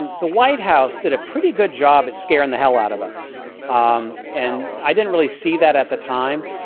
and the white house did a pretty good job at scaring the hell out of us um and i didn't really see that at the time.